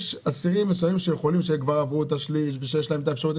יש אסירים מסוימים שכבר עברו את השליש ויש להם את האפשרות,